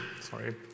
Sorry